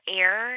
air